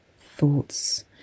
thoughts